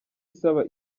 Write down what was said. isaba